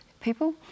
people